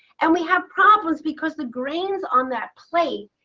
and we have problems because the greens on that plate,